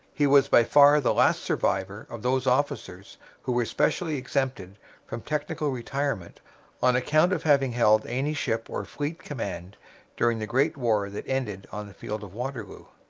he was by far the last survivor of those officers who were specially exempted from technical retirement on account of having held any ship or fleet command during the great war that ended on the field of waterloo.